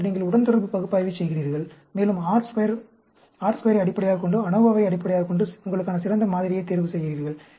பின்னர் நீங்கள் உடன்தொடர்பு பகுப்பாய்வைச் செய்கிறீர்கள் மேலும் r2 யை அடிப்படையாகக் கொண்டு ANOVA வை அடிப்படையாகக் கொண்டு உங்களுக்கான சிறந்த மாதிரியைத் தேர்வு செய்கிறீர்கள்